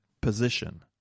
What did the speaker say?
position